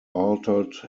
altered